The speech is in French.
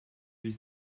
huit